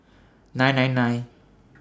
nine nine nine